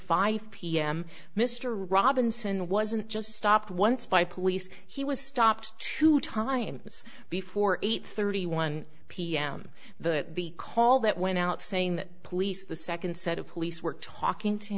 five pm mr robinson wasn't just stopped once by police he was stopped two times before eight thirty one pm the call that went out saying the police the second set of police were talking to